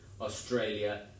Australia